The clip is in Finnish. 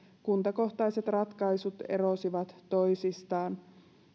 kuntakohtaiset ratkaisut erosivat toisistaan